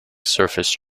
surface